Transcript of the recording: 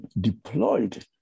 deployed